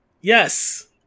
Yes